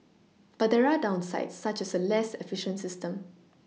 but there are downsides such as a less efficient system